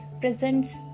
presents